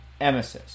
emesis